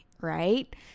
right